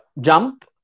jump